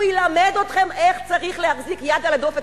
הוא ילמד אתכם איך צריך להחזיק יד על הדופק,